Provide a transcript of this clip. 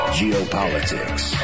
geopolitics